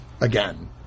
again